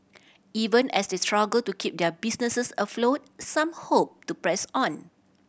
even as they struggle to keep their businesses afloat some hope to press on